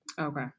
Okay